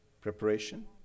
preparation